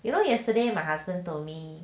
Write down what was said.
you know yesterday my husband told me